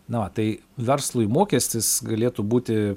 na va tai verslui mokestis galėtų būti